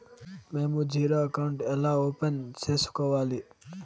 మేము zero account ఎలా open సేసుకోవాలి